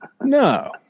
No